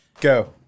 Go